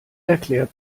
erklärt